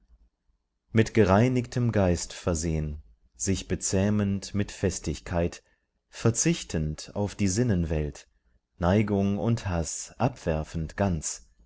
mit gereinigtem geist versehn sich bezähmend mit festigkeit verzichtend auf die sinnenwelt neigung und haß abwerfend ganz